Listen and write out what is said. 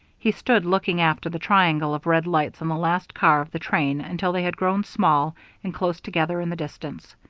he stood looking after the triangle of red lights on the last car of the train until they had grown small and close together in the distance.